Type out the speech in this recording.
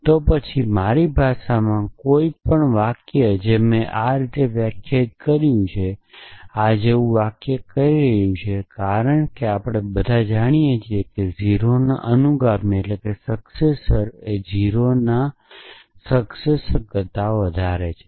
તો પછી મારી ભાષામાં કોઈ વાક્ય જે મેં આ રીતે વ્યાખ્યાયિત કર્યું છે આ જેવું વાક્ય કહી રહ્યું છે કારણ કે આપણે બધા જાણીએ છીએ કે 0 ના અનુગામી 0 ના અનુગામી કરતા વધારે છે